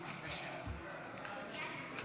אם כן,